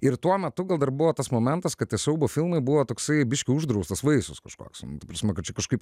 ir tuo metu gal dar buvo tas momentas kad tie siaubo filmai buvo toksai biškį uždraustas vaisius kažkoks nu ta prasme kad čia kažkaip